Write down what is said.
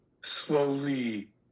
slowly